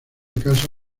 casa